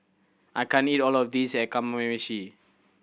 I can't eat all of this a Kamameshi